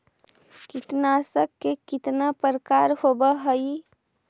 कीटनाशक के कितना प्रकार होव हइ?